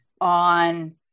on